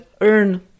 earn